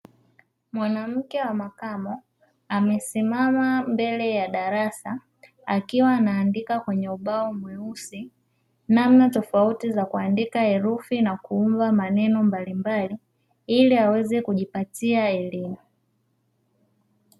Mwanamke wa makamo amesimama mbele ya darasa, akiwa anaandika kwenye ubao mweusi, namna tofauti za kuandika herufi na kuumba maneno mbalimbali ili aweze kujipatia elimu.